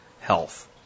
Health